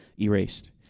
erased